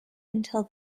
until